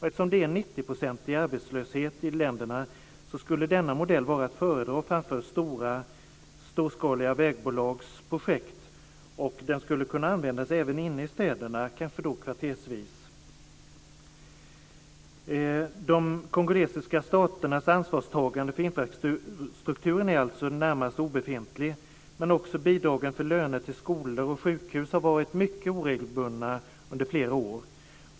Eftersom det är 90-procentig arbetslöshet i länderna skulle denna modell vara att föredra framför storskaliga vägprojekt. Den modellen skulle även kunna användas inne i städerna, t.ex. kvartersvis. De kongolesiska staternas ansvarstagande för infrastrukturen är i det närmaste obefintlig, men också bidragen till löner till skolor och sjukhus har varit mycket oregelbundna under flera år.